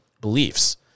beliefs